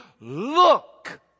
look